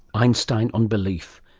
einstein on belief.